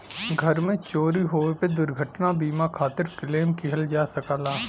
घर में चोरी होये पे दुर्घटना बीमा खातिर क्लेम किहल जा सकला